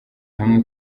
hamwe